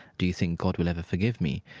do you think god will ever forgive me?